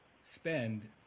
spend